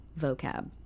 vocab